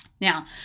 Now